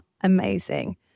amazing